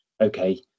okay